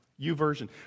uversion